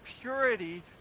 purity